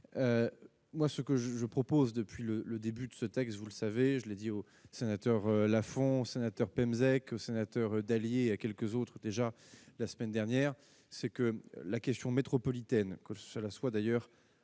moi ce que je propose, depuis le le début de ce texte, vous le savez, je l'ai dit au sénateur Lafont sénateur Pémezec sénateur Dallier à quelques autres, déjà la semaine dernière, c'est que la question métropolitaine que cela soit d'ailleurs